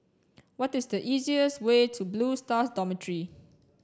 what is the easiest way to Blue Stars Dormitory